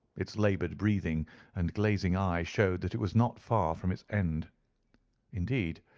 it's laboured breathing and glazing eye showed that it was not far from its end indeed,